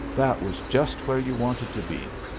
that was just where you wanted to be,